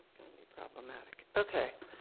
going to be problematic. okay.